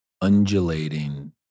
undulating